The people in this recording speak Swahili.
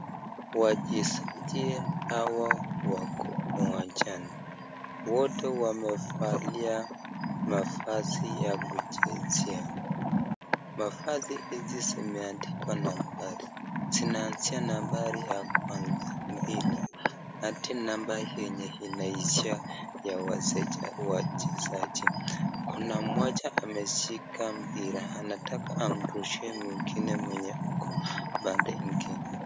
Wachezaji Hawa wako uwanjani, wote wamevalia mavazi ya kuchezea, mavazi hizi zimeandikwa nambari, zinaanzia nambari ya kwanza, mbili hadi namba yenye inaishia ya wachezaji, kuna mmoja ameshika mpira anataka amrushie mwingine mwenye ako upande nyingine.